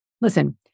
listen